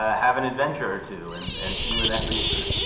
ah have an adventure, too, and and see where that leads her